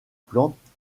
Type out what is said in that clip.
plantes